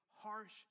harsh